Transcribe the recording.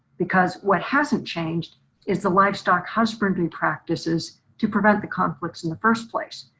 because what hasn't changed is the livestock husbandry practices to prevent the conflicts in the first place.